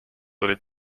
olid